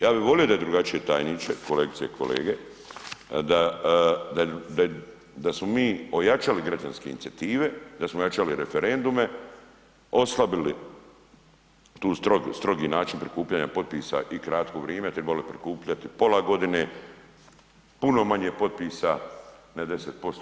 Ja bih volio da je drugačije tajniče, kolegice i kolege, da smo mi ojačali građanske inicijative, da smo ojačali referendume, oslabili tu strogi način prikupljanja potpisa i kratko vrime te morali prikupljati pola godine, puno manje potpisa, ne 10%